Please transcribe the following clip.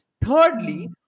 Thirdly